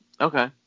Okay